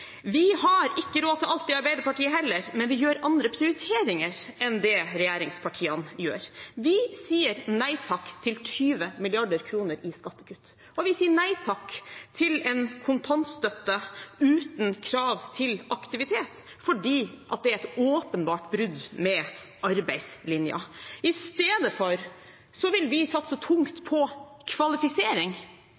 Vi har ikke råd til alt i Arbeiderpartiet, heller, men vi gjør andre prioriteringer enn det regjeringspartiene gjør. Vi sier nei takk til 20 mrd. kr i skattekutt, og vi sier nei takk til en kontantstøtte uten krav til aktivitet fordi at det er et åpenbart brudd med arbeidslinjen. Istedenfor vil vi satse tungt